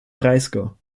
breisgau